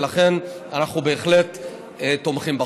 ולכן אנחנו בהחלט תומכים בחוק.